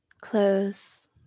Close